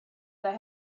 that